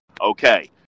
Okay